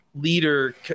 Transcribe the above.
leader